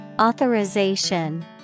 Authorization